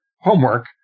homework